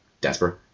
desperate